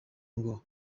ngo